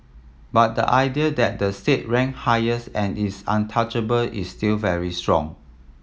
but the idea that the state rank highest and is untouchable is still very strong